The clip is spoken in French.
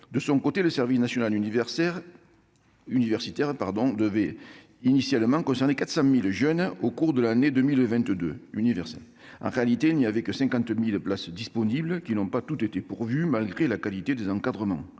De son côté, le service national universel devait initialement concerner 400 000 jeunes au cours de l'année 2022. En réalité, il n'y avait que 50 000 places disponibles, qui n'ont pas toutes été pourvues, malgré la qualité des encadrements.